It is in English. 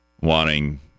wanting